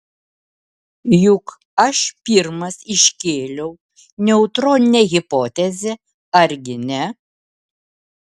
juk aš pirmas iškėliau neutroninę hipotezę argi ne